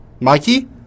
Mikey